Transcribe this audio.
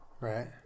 right